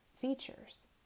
features